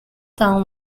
town